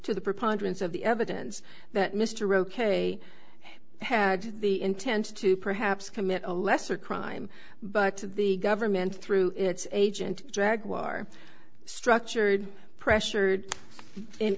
to the preponderance of the evidence that mr ok had the intent to perhaps commit a lesser crime but the government through its agent jaguar structured pressured in